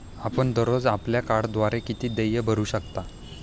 आपण दररोज आपल्या कार्डद्वारे किती देय भरू शकता?